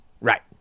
Right